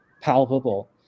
palpable